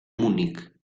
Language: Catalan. munic